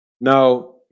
Now